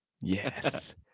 yes